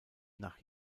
nach